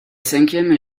cinquième